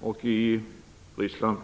och i Ryssland.